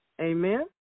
Amen